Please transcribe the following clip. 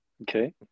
Okay